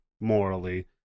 morally